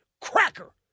cracker